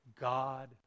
God